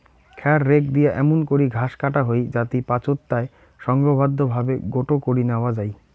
খ্যার রেক দিয়া এমুন করি ঘাস কাটা হই যাতি পাচোত তায় সংঘবদ্ধভাবে গোটো করি ন্যাওয়া যাই